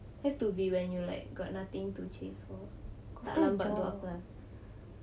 have to be when you like got nothing to chase for tak lambat buat apa ah